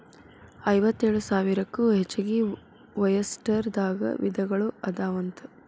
ಐವತ್ತೇಳು ಸಾವಿರಕ್ಕೂ ಹೆಚಗಿ ಒಯಸ್ಟರ್ ದಾಗ ವಿಧಗಳು ಅದಾವಂತ